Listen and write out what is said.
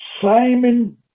Simon